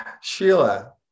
Sheila